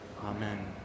Amen